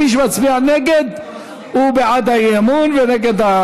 מי שמצביע נגד הוא בעד האי-אמון ונגד.